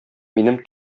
минем